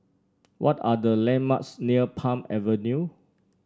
what are the landmarks near Palm Avenue